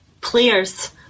players